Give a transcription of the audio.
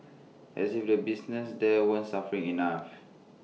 as if the businesses there weren't suffering enough